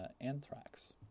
anthrax